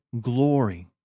glory